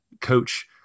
coach